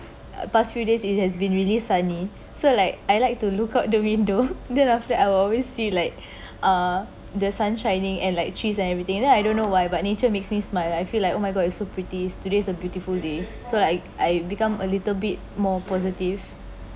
past few days it has been really sunny so like I like to look out the window then after that I will always see like uh the sun shining and like cheer and everything then I don't know why but nature makes me smile I feel like oh my god it's so pretty today's a beautiful day so like I I become a little bit more positive